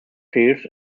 pears